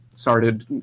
started